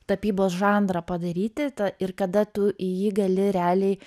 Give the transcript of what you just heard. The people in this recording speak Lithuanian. tapybos žanrą padaryti ir kada tu jį gali realiai